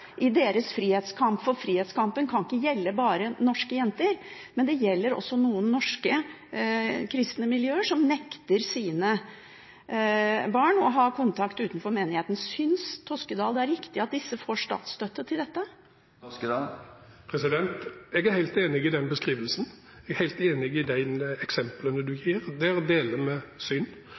i deres frihetskamp, for frihetskampen kan ikke bare gjelde norske jenter. Men det gjelder også noen norske kristne miljøer som nekter sine barn å ha kontakt utenfor menigheten. Synes Toskedal det er riktig at disse får statsstøtte til dette? Jeg er helt enig i den beskrivelsen. Jeg er helt enig i de eksemplene som gis. Der deler vi syn.